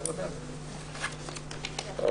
יש עמותות מאוד מאוד -- לא, לא.